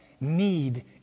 need